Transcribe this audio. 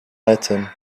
item